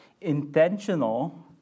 intentional